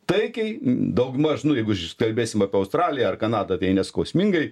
taikiai daugmaž nu jeigu kalbėsim apie australiją ar kanadą tai neskausmingai